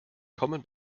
kommen